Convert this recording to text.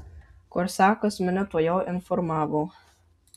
korsakas mane tuojau informavo